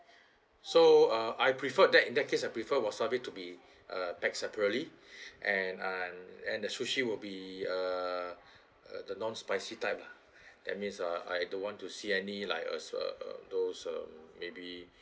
so uh I preferred that in that case I prefer wasabi to be uh packed separately and and and the sushi would be err the non-spicy type lah that means uh I don't want to see any like uh uh uh those um maybe